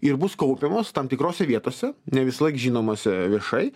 ir bus kaupiamos tam tikrose vietose ne visąlaik žinomose viešai